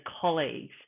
colleagues